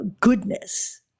goodness